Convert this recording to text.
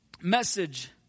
message